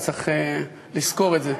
וצריך לזכור את זה.